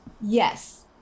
yes